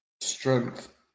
strength